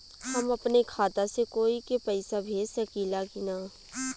हम अपने खाता से कोई के पैसा भेज सकी ला की ना?